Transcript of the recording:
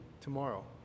tomorrow